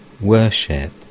worship